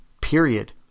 period